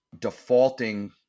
defaulting